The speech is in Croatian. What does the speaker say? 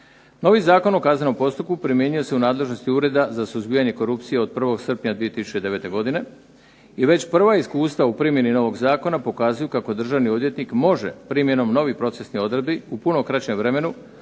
Novi Zakon o kaznenom postupku primjenjuje se u nadležnosti Ureda za suzbijanje korupcije od 1. srpnja 2009. godine i već prva iskustva u primjeni novog zakona pokazuju kako državni odvjetnik može primjenom novih procesnih odredbi u puno kraćem vremenu